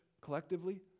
collectively